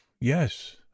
yes